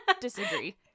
disagree